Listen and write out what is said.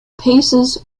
paces